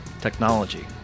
technology